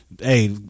Hey